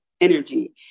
Energy